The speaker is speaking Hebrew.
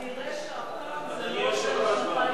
אבל נראה שהפעם זה לא עוזר שנתיים,